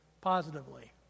positively